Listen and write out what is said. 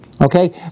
Okay